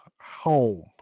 home